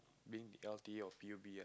being l_t_a or p_u_b